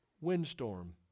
windstorm